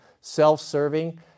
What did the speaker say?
self-serving